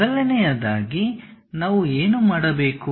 ಮೊದಲನೆಯದಾಗಿ ನಾವು ಏನು ಮಾಡಬೇಕು